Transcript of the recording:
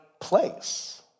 place